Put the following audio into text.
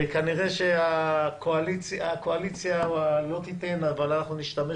וכנראה שהקואליציה לא תיתן אבל אנחנו נשתמש